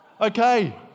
okay